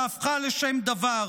שהפכה לשם דבר,